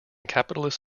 capitalist